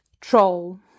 troll